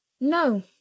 No